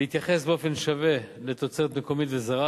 להתייחס באופן שווה לתוצרת מקומית וזרה,